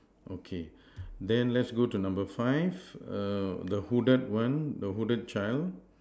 okay then let's go to number five err the hooded one the hooded child